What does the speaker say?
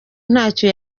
ntacyo